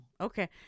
Okay